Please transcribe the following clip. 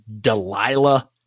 delilah